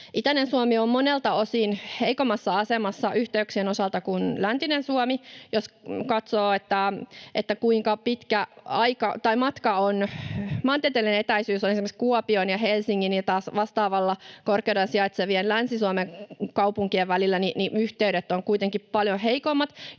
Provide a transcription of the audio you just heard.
Itäinen Suomi on monelta osin yhteyksien osalta heikommassa asemassa kuin läntinen Suomi. Jos katsoo, kuinka pitkä maantienteellinen etäisyys on esimerkiksi Kuopion ja Helsingin ja taas vastaavalla korkeudella sijaitsevien Länsi-Suomen kaupunkien välillä, niin yhteydet ovat kuitenkin paljon heikommat,